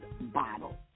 bottle